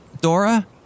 Dora